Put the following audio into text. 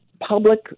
public